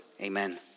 amen